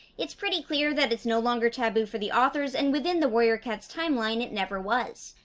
it's pretty clear that it's no longer taboo for the authors, and within the warrior cats timeline, it never was.